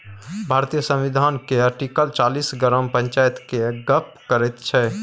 भारतीय संविधान केर आर्टिकल चालीस ग्राम पंचायत केर गप्प करैत छै